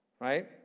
Right